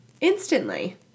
instantly